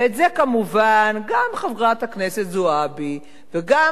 ואת זה כמובן גם חברת הכנסת זועבי וגם